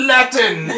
Latin